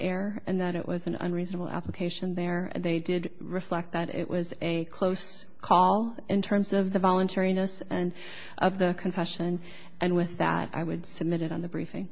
air and that it was an unreasonable application there and they did reflect that it was a close call in terms of the voluntariness and of the confession and with that i would submit it on the briefing